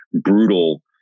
brutal